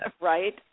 Right